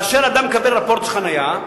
כאשר אדם מקבל רפורט על חנייה,